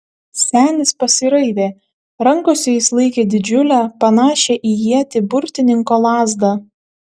senis pasiraivė rankose jis laikė didžiulę panašią į ietį burtininko lazdą